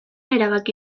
erabaki